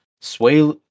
Sway